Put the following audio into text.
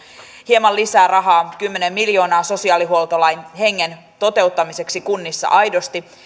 hieman lisää rahaa kymmenen miljoonaa sosiaalihuoltolain hengen toteuttamiseksi kunnissa aidosti